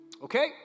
Okay